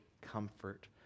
comfort